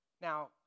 Now